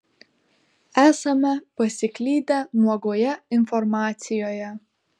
esame pasiklydę nuogoje informacijoje